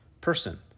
person